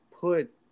put